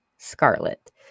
Scarlet